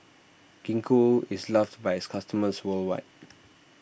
Gingko is loved by its customers worldwide